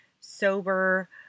Sober